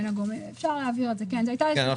אפשר להעביר את זה, כן.